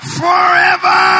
forever